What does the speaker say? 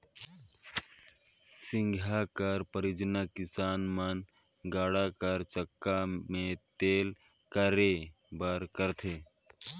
सिगहा कर परियोग किसान मन गाड़ा कर चक्का मे तेल करे बर करथे